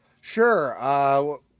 sure